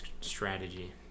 strategy